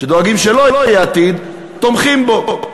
שדואגים שלא יהיה עתיד, תומכים בו?